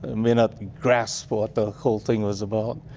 ah may not grasp what the whole thing was about.